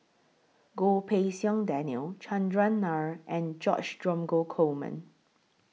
Goh Pei Siong Daniel Chandran Nair and George Dromgold Coleman